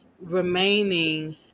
Remaining